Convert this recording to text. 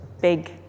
big